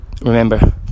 Remember